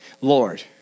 Lord